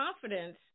confidence